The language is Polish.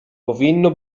powinno